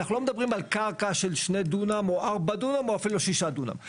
אנחנו לא מדברים על קרקע של שני דונם או ארבעה דונם או אפילו שישה דונם.